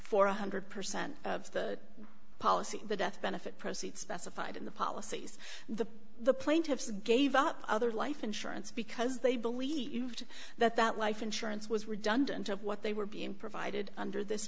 one hundred percent of the policy the death benefit proceeds specified in the policies the the plaintiffs gave up other life insurance because they believed that that life insurance was redundant of what they were being provided under this